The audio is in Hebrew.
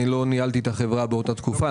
אני לא ניהלתי את החברה באותה תקופה.